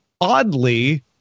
oddly